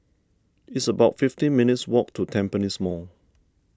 it's about fifty minutes' walk to Tampines Mall